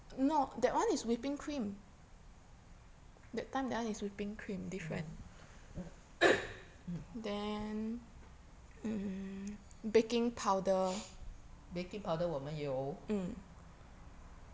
mm mm baking powder 我们有